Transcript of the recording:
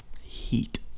heat